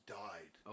died